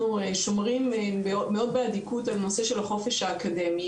שומרים מאוד באדיקות על נושא של החופש האקדמי.